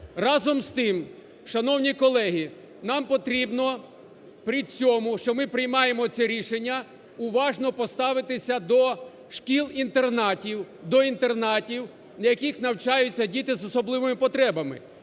Разом з тим, шановні колеги, нам потрібно, при цьому, що ми приймаємо це рішення, уважно поставитися до шкіл-інтернатів, до інтернатів, в яких навчаються діти з особливими потребами,